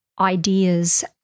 ideas